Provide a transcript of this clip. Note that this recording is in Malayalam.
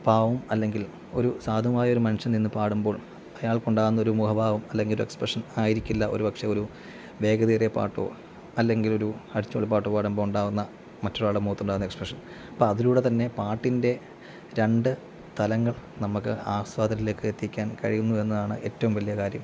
പാവം അല്ലെങ്കിൽ ഒരു സാധുവായൊരു മനുഷ്യൻ നിന്നുപാടുമ്പോൾ അയാൾക്കുണ്ടാകുന്നൊരു മുഖഭാവം അല്ലെങ്കിൽ ഒരെക്സ്പ്രഷൻ ആയിരിക്കില്ല ഒരുപക്ഷേ ഒരു വേഗതയേറിയ പാട്ടോ അല്ലെങ്കിൽ ഒരു അടിച്ചുപൊളി പാട്ടോ പാടുമ്പോള് ഉണ്ടാകുന്ന മറ്റൊരാളുടെ മുഖത്തുണ്ടാകുന്ന എക്സ്പ്രഷൻ അപ്പോള് അതിലൂടെ തന്നെ പാട്ടിൻ്റെ രണ്ട് തലങ്ങൾ നമുക്ക് ആസ്വാദകരിലേക്ക് എത്തിക്കാൻ കഴിയുന്നു എന്നതാണ് ഏറ്റവും വലിയ കാര്യം